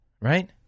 right